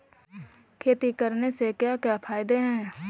खेती करने से क्या क्या फायदे हैं?